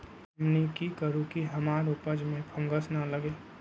हमनी की करू की हमार उपज में फंगस ना लगे?